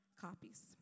copies